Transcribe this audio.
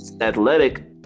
athletic